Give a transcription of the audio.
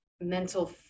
mental